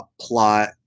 plot